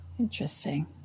Interesting